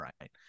right